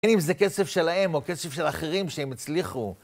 אם זה כסף שלהם או כסף של אחרים שהם הצליחו